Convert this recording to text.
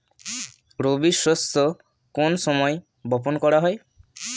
রবি শস্য কোন সময় বপন করা হয়?